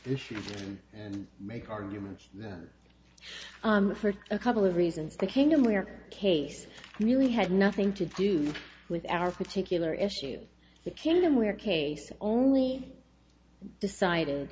issue and make arguments that for a couple of reasons the kingdom were case really had nothing to do with our particular issue that kingdom where cases only decided